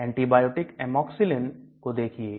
antibiotic Amoxicillin को देखिए